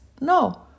No